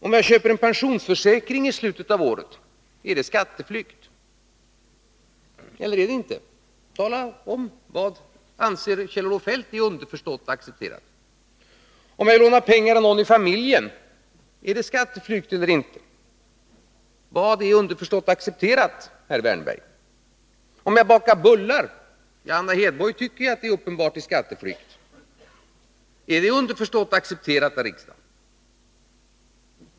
Om jag köper en pensionsförsäkring i slutet av året, är det att betrakta som skatteflykt eller inte? Vad anser Kjell-Olof Feldt vara underförstått accepterat? Om jag vill låna pengar av någon i familjen, är det då skatteflykt eller inte? Vad är underförstått accepterat, herr Wärnberg? Om jag bakar bullar — enligt Anna Hedborg är det uppenbart skatteflykt — är det då underförstått accepterat av riksdagen?